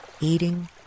eating